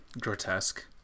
grotesque